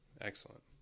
Excellent